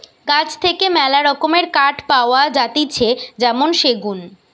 গাছ থেকে মেলা রকমের কাঠ পাওয়া যাতিছে যেমন সেগুন